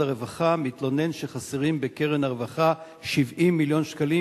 הרווחה מתלונן שחסרים בקרן הרווחה 70 מיליון שקל,